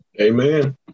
Amen